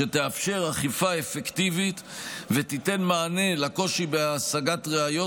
שתאפשר אכיפה אפקטיבית ותיתן מענה לקושי בהשגת ראיות